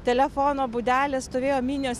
telefono būdelės stovėjo minios